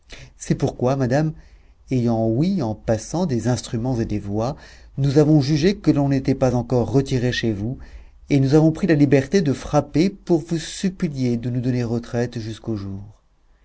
c'est pourquoi madame ayant ouï en passant des instruments et des voix nous avons jugé que l'on n'était pas encore retiré chez vous et nous avons pris la liberté de frapper pour vous supplier de nous donner retraite jusqu'au jour